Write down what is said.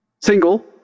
Single